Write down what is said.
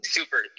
Super